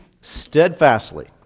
steadfastly